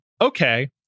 Okay